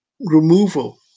removal